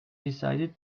decided